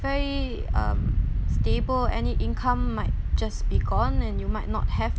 very um stable any income might just be gone and you might not have